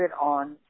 on